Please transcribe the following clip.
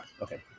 okay